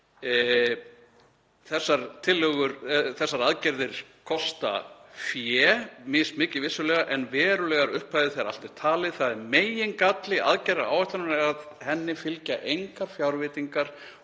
„[Þ]essar aðgerðir kosta fé — mismikið vissulega, en verulegar upphæðir þegar allt er talið. Það er megingalli aðgerðaáætlunarinnar að henni fylgja engar fjárveitingar,